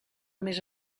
més